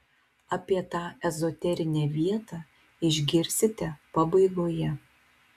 apie tą ezoterinę vietą išgirsite pabaigoje